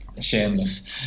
shameless